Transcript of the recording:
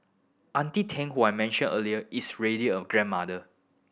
Auntie Tang who I mentioned earlier is ready a grandmother